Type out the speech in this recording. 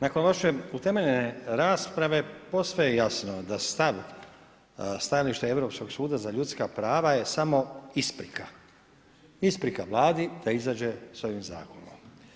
Nakon loše utemeljene rasprave posve je jasno da stav, stajalište Europskog suda za ljudska prava je samo isprika, isprika Vladi da izađe sa ovim zakonom.